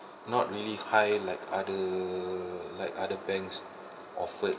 not really high like other like other banks offered